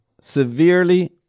severely